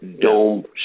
dome